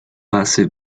base